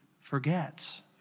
forgets